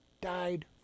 died